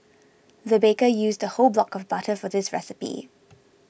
the baker used a whole block of butter for this recipe